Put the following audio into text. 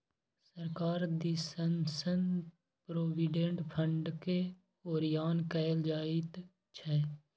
सरकार दिससँ प्रोविडेंट फंडकेँ ओरियान कएल जाइत छै